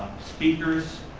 speakers,